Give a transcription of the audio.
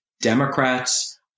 Democrats